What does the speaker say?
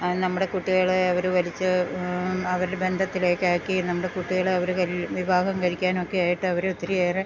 നമ്മുടെ കുട്ടികളെ അവർ വലിച്ച് അവർ ബന്ധത്തിലേക്ക് ആക്കി നമ്മുടെ കുട്ടികളെ അവർ വിവാഹം കഴിക്കാൻ ഒക്കെ ആയിട്ടവർ ഒത്തിരിയേറെ